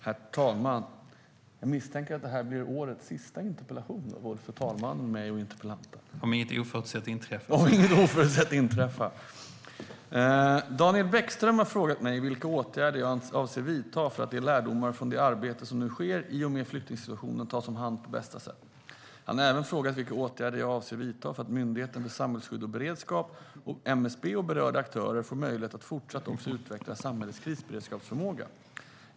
Herr talman! Jag misstänker att det här blir årets sista interpellation för såväl herr talmannen och mig som interpellanten - om inget oförutsett inträffar. Daniel Bäckström har frågat mig vilka åtgärder jag avser att vidta för att de lärdomar från det arbete som nu sker i och med flyktingsituationen tas om hand på bästa sätt. Han har även frågat vilka åtgärder jag avser att vidta för att Myndigheten för samhällsskydd och beredskap, MSB, och berörda aktörer får möjlighet att också fortsättningsvis utveckla samhällets krisberedskapsförmåga.